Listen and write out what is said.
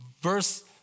Verse